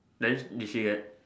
then did she get